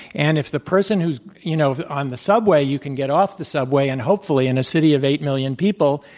and if the person who's you know on the subway, you can get off the subway and hopefully in a city of eight million people,